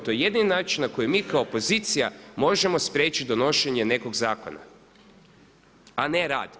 To je jedini način na koji mi kao opozicija možemo spriječiti donošenje nekog zakona a ne rad.